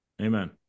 Amen